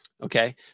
Okay